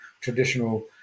traditional